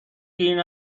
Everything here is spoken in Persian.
گیر